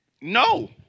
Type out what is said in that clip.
No